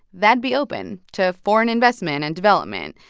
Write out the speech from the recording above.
that'd be open to foreign investment and development.